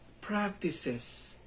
practices